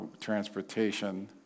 transportation